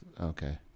okay